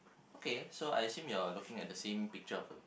okay so I assume you are looking at the same picture of the